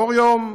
באור יום.